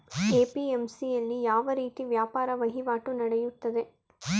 APMC ಯಲ್ಲಿ ಯಾವ ರೀತಿ ವ್ಯಾಪಾರ ವಹಿವಾಟು ನೆಡೆಯುತ್ತದೆ?